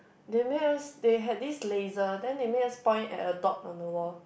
they made us they had this laser then they made us point at a dot on the wall